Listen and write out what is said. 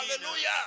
Hallelujah